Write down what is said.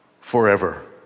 forever